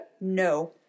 no